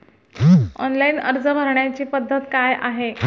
Online अर्ज भरण्याची पद्धत काय आहे?